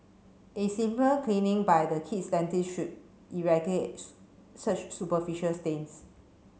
a simple cleaning by the kid's dentist should such superficial stains